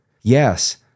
Yes